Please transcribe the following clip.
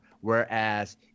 whereas